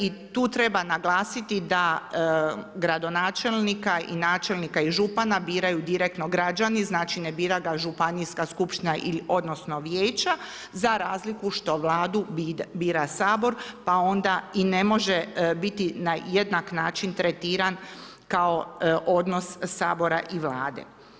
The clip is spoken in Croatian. I tu treba naglasiti da gradonačelnika, načelnika i župana biraju direktno građani, znači ne bira ga županijska skupština odnosno vijeća za razliku što Vladu bira Sabor pa onda i ne može biti na jednak način tretiran kao odnos Sabora i Vlade.